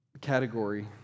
category